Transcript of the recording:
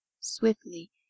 Swiftly